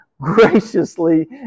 graciously